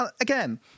again